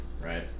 right